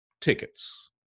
tickets